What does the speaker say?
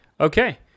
Okay